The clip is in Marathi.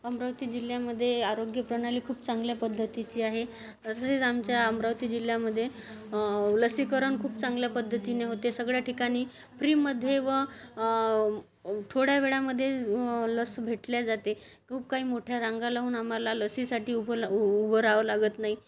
अमरावती जिल्ह्यामध्ये आरोग्यप्रणाली खूप चांगल्या पद्धतीची आहे तसेच आमच्या अमरावती जिल्ह्यामध्ये लसीकरण खूप चांगल्या पद्धतीने होते सगळ्या ठिकाणी फ्रीमध्ये व थोड्या वेळामध्ये लस भेटली जाते खूप काही मोठ्या रांगा लावून आम्हाला लसीसाठी उभं लावत उ उ उभं रहावं लागत नाही